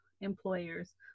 employers